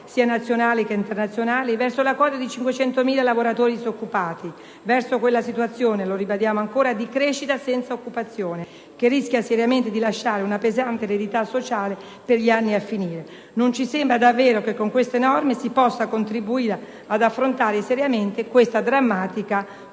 sia nazionali che internazionali, verso la quota di 500.000 lavoratori disoccupati in più, verso quella situazione, lo ribadiamo ancora, di crescita senza occupazione che rischia seriamente di lasciare una pesante eredità sociale per gli anni a venire. Non ci sembra davvero che con tali norme si possa contribuire ad affrontare seriamente questa drammatica